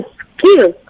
skill